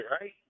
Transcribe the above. right